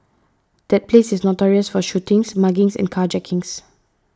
that place is notorious for shootings muggings and carjackings